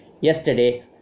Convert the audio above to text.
yesterday